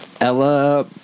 Ella